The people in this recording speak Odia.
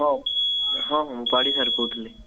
ହଉ ହଁ ମୁଁ ପାଢ଼ୀ ସାର୍ କହୁଥିଲି